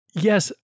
Yes